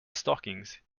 stockings